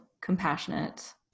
compassionate